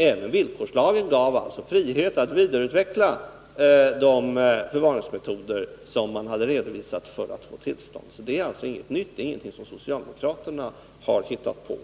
Även villkorslagen gav frihet att vidareutveckla de förvaringsmetoder som man hade redovisat för att få tillstånd. Det är alltså inget nytt. Det är ingenting som socialdemokraterna har hittat på.